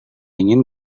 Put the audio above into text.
ingin